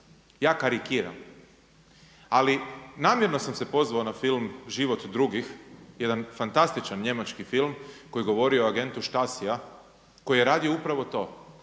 Ja karikiram, ali namjerno sam se pozvao na film „Život drugih“ jedan fantastičan njemački film koji govori o agentu schtasia, koji je radio upravo to.